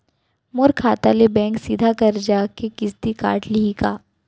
मोर खाता ले बैंक सीधा करजा के किस्ती काट लिही का?